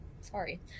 sorry